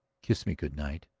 kiss me good night.